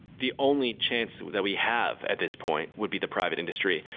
the only chance that we have at this point would be the private industry,